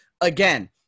Again